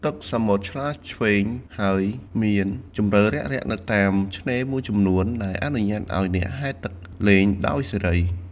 ទឹកសមុទ្រថ្លាឆ្វេង ហើយមានជម្រៅរាក់ៗនៅតាមឆ្នេរមួយចំនួន ដែលអនុញ្ញាតឲ្យអ្នកហែលទឹកលេងដោយសេរី។